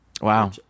Wow